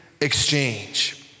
exchange